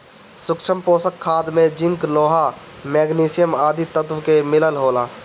सूक्ष्म पोषक खाद में जिंक, लोहा, मैग्निशियम आदि तत्व के मिलल होला